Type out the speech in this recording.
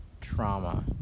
trauma